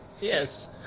Yes